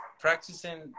practicing